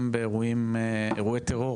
גם באירועי טרור,